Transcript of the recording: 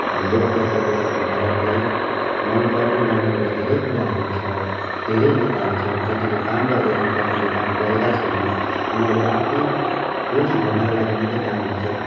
लोकतन्त्रको रूपमा भारतलाई मनपर्ने नमनपर्ने धेरै कुराहरू छ धेरै नेताहरू छन् कतिले काम गर्दैनन् कति काम गरेका छैनन् उनीहरू आफ्नै गोजी भर्नका लागि मात्रै काम गर्छन्